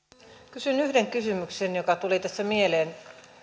kysyn yhden kysymyksen joka tuli tässä mieleen